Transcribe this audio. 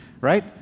right